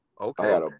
okay